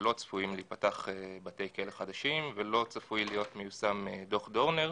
לא צפויים להיפתח בתי כלא חדשים ולא צפוי להיות מיושם דוח דורנר,